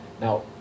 Now